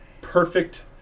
perfect